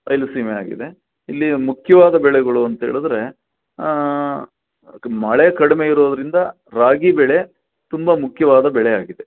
ಬಯಲು ಸೀಮೆ ಆಗಿದೆ ಇಲ್ಲಿಯ ಮುಖ್ಯವಾದ ಬೆಳೆಗಳು ಅಂತೇಳಿದರೆ ಮಳೆ ಕಡಿಮೆ ಇರೋದರಿಂದ ರಾಗಿ ಬೆಳೆ ತುಂಬ ಮುಖ್ಯವಾದ ಬೆಳೆಯಾಗಿದೆ